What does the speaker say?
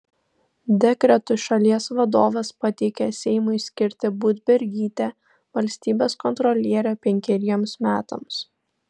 dekretu šalies vadovas pateikė seimui skirti budbergytę valstybės kontroliere penkeriems metams